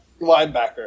linebacker